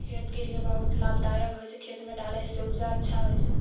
खेतके लिए बहुत लाभदायक होइ छै खेतमे डालैसँ उपजा अच्छा होइ छै